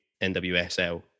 NWSL